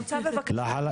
לחלשים,